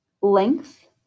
length